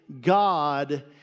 God